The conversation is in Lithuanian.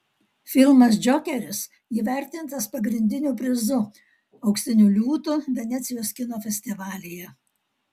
filmas džokeris įvertintas pagrindiniu prizu auksiniu liūtu venecijos kino festivalyje